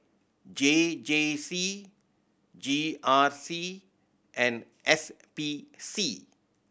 J J C G R C and S P C